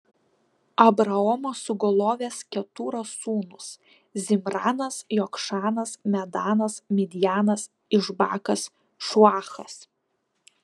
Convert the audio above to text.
abraomo sugulovės ketūros sūnūs zimranas jokšanas medanas midjanas išbakas šuachas